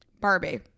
Barbie